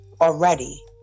already